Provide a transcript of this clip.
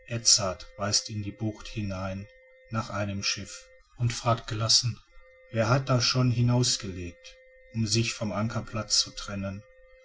weist in die bucht hinein nach einem schiff und fragt gelassen wer hat da schon hinausgelegt um sich vom ankerplatz zu trennen